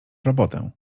robotę